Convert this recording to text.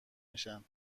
میشن